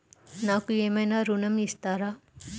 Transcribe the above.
నాకు ఏమైనా ఋణం ఇస్తారా?